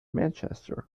manchester